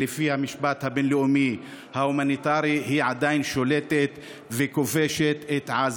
לפי המשפט הבין-לאומי ההומניטרי היא עדיין שולטת וכובשת את עזה.